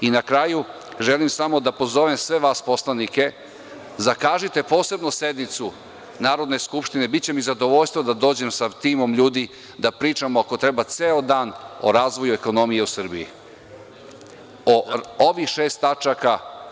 Na kraju, želim da pozovem sve vas poslanike, zakažite posebnu sednicu Narodne skupštine, biće mi zadovoljstvo da dođem sa timom ljudi da pričamo ako treba ceo dan o razvoju ekonomije u Srbiji, o ovih šest tačaka.